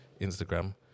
Instagram